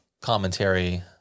commentary